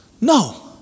no